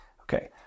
okay